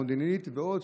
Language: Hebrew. מודיעין עילית ועוד,